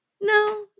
no